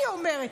אני אומרת,